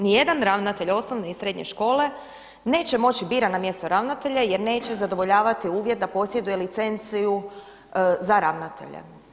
Nijedan ravnatelj osnovne i srednje škole neće moći biti biran na mjesto ravnatelja jer neće zadovoljavati uvjet da posjeduje licenciju za ravnatelja.